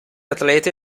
atlete